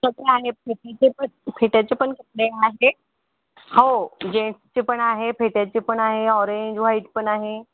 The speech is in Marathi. हो आहे टोपीचेपण फेट्यांचे पण डेमो आहे हो जेन्ट्सचे पण आहे फेट्यांचे पण आहे ऑरेंज व्हाईट पण आहे